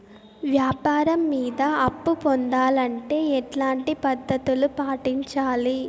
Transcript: వ్యాపారం మీద అప్పు పొందాలంటే ఎట్లాంటి పద్ధతులు పాటించాలి?